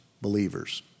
believers